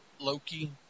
Loki